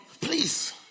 please